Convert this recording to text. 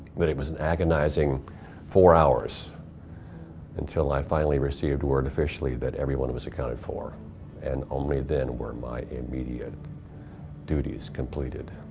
but it was an agonizing four hours until i finally received word officially that everyone was accounted for and only then were my immediate duties completed